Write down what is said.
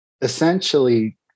essentially